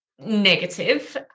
negative